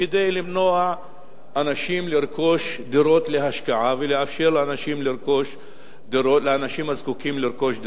כדי למנוע מאנשים לרכוש דירות להשקעה ולאפשר לאנשים הזקוקים לרכוש דירה.